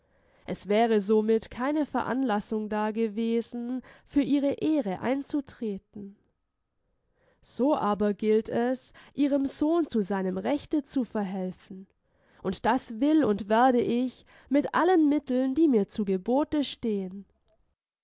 es wäre somit keine veranlassung dagewesen für ihre ehre einzutreten so aber gilt es ihrem sohn zu seinem rechte zu verhelfen und das will und werde ich mit allen mitteln die mir zu gebote stehen